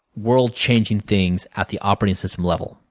world changing things at the operating system level.